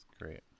Great